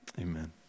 Amen